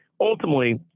ultimately